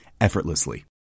effortlessly